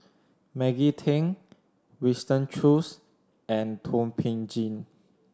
Maggie Teng Winston Choos and Thum Ping Tjin